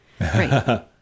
right